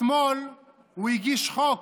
אתמול הוא הגיש חוק